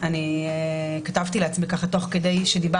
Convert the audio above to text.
הוא צריך להחליט לאיזה צד הוא